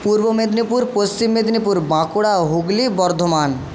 Purba Medinipur Paschim Medinipur Bankura Hooghly Bardhaman